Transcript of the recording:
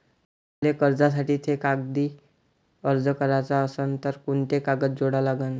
मले कर्जासाठी थे कागदी अर्ज कराचा असन तर कुंते कागद जोडा लागन?